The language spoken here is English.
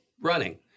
running